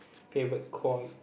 favourite core